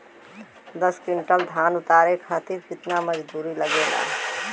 दस क्विंटल धान उतारे खातिर कितना मजदूरी लगे ला?